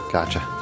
Gotcha